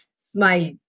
Smile